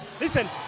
Listen